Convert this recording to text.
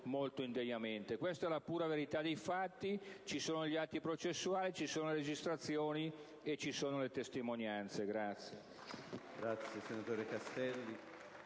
molto indegnamente - il Ministro. Questa è la pura verità dei fatti: ci sono gli atti processuali, ci sono le registrazioni, ci sono le testimonianze.